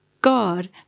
God